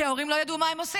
כי ההורים לא ידעו מה הם עושים,